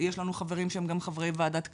יש לנו חברים שהם גם חברי ועדת כספים,